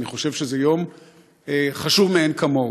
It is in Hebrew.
אני חושב שזה יום חשוב מאין כמוהו.